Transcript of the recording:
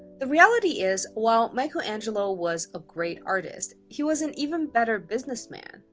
the reality is, while michelangelo was ah great artist, he was an even better businessman.